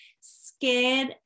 scared